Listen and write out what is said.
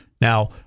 Now